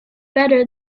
better